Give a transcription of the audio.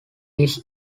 east